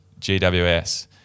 GWS